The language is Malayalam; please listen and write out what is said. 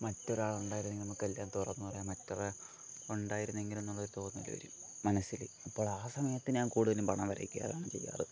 മറ്റൊരാൾ ഉണ്ടായിരുന്നെങ്കിൽ നമുക്കെല്ലാം തുറന്ന് പറയാൻ മറ്റൊരാൾ ഉണ്ടായിരുന്നെങ്കിൽ എന്നുള്ളൊരു തോന്നല് വരും മനസ്സില് അപ്പോൾ ആ സമയത്ത് ഞാന് കൂട്തലും പടം വരയ്ക്കാറാണ് ചെയ്യാറ്